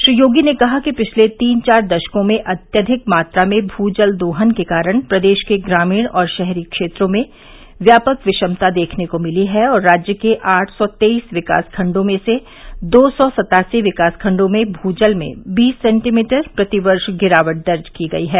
श्री योगी ने कहा कि पिछले तीन चार दशकों में अत्यधिक मात्रा में भ् जल दोहन के कारण प्रदेश के ग्रामीण और शहरी क्षेत्रों में व्यापक विषमता देखने को मिली है और राज्य के आठ सौ तेईस विकास खंडों में से दो सौ सत्तासी विकास खंडों में भू जल में बीस सेंटीमीटर प्रति वर्ष गिरावट दर्ज की गई है